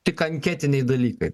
tik anketiniai dalykai